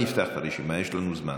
אני אפתח את הרשימה, יש לנו זמן.